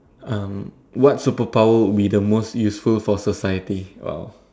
um what superpower would be the most useful for society !wow!